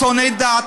שונאי דת.